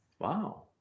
Wow